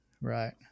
Right